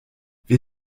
wer